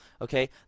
okay